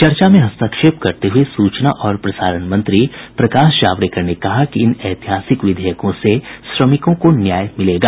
चर्चा में हस्तक्षेप करते हुए सूचना और प्रसारण मंत्री प्रकाश जावड़ेकर ने कहा कि इन ऐतिहासिक विधेयकों से श्रमिकों को न्याय मिलेगा